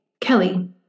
Kelly